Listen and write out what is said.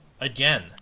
again